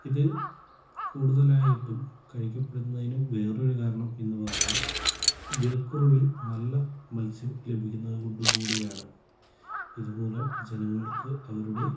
ഇത് കൂടുതലായിട്ടും കഴിക്കപ്പെടുന്നതിനും വേറെ ഒരു കാരണം എന്നു പറഞ്ഞാൽ വിലക്കുറവിൽ നല്ല മത്സ്യം ലഭിക്കുന്നത് കൊണ്ട് കൂടിയാണ് ഇത് മൂലം ജനങ്ങൾക്ക് അവരുടെ